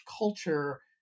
culture